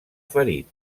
ferit